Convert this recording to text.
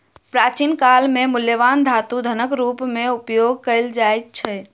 प्राचीन काल में मूल्यवान धातु धनक रूप में उपयोग कयल जाइत छल